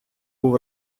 був